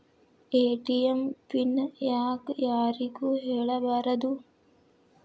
ATM PIN ಯಾಕ್ ಯಾರಿಗೂ ಹೇಳಬಾರದು?